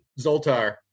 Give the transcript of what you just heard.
Zoltar